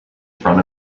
front